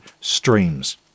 streams